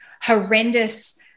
horrendous